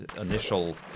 initial